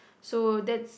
so that's